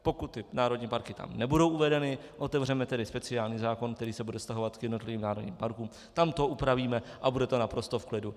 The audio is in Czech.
Pokud ty národní parky tam nebudou uvedeny, otevřeme tedy speciální zákon, který se bude vztahovat k jednotlivým národním parkům, tam to upravíme a bude to naprosto v klidu.